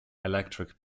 electric